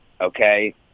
Okay